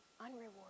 unrewarded